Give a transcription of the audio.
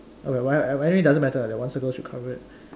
oh anyway doesn't matter lah that one circle should cover it